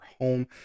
home